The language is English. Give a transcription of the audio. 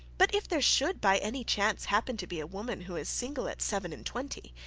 but if there should by any chance happen to be a woman who is single at seven and twenty,